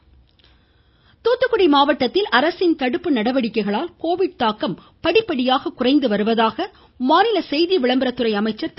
கடம்பூர் ராஜீ துாத்துகுடி மாவட்டத்தில் அரசின் தடுப்பு நடவடிக்கைகளால் கோவிட் தாக்கம் படிப்படியாக குறைவதாக மாநில செய்தி விளம்பரத்துறை அமைச்சர் திரு